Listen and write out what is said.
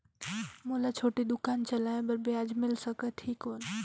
मोला छोटे दुकान चले बर ब्याज मिल सकत ही कौन?